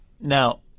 Now